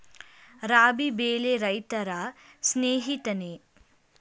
ರಾಬಿ ಬೆಳೆ ರೈತರ ಸ್ನೇಹಿತನೇ?